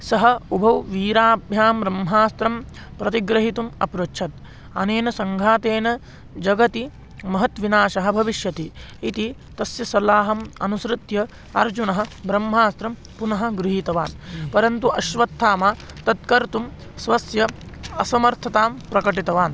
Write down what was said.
सः उभाभ्यां वीराभ्यां ब्रह्मास्त्रं प्रतिगृहीतुम् अपृच्छत् अनेन सङ्घातेन जगति महद्विनाशः भविष्यति इति तस्य सल्लाहम् अनुसृत्य अर्जुनः ब्रह्मास्त्रं पुनः गृहीतवान् परन्तु अश्वत्थामः तत्कर्तुं स्वस्य असमर्थतां प्रकटितवान्